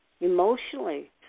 emotionally